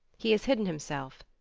he has hidden himself,